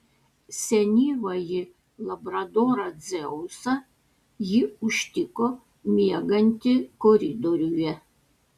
senyvąjį labradorą dzeusą ji užtiko miegantį koridoriuje